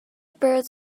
birds